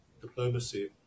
diplomacy